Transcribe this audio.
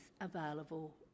available